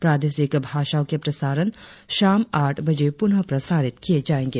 प्रादेशिक भाषाओं के प्रसारण शाम आठ बजे पुनः प्रसारित किए जाएगें